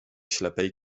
ślepej